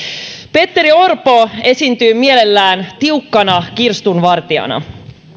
petteri orpo esiintyy mielellään tiukkana kirstunvartijana